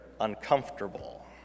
uncomfortable